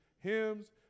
hymns